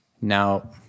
now